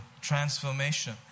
transformation